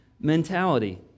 mentality